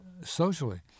socially